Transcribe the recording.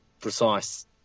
precise